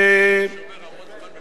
איפה זה?